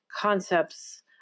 concepts